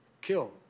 killed